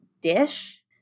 dish